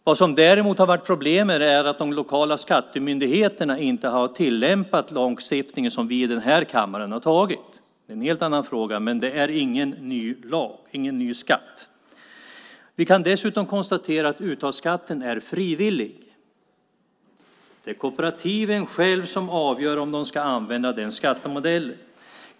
Vad som däremot har varit problemet är att de lokala skattemyndigheterna inte har tillämpat lagstiftningen som vi i denna kammare har antagit. Det är en helt annan fråga, men det är ingen ny skatt. Vi kan dessutom konstatera att uttagsskatten är frivillig. Det är kooperativen själva som avgör om de ska använda den skattemodellen.